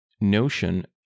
notion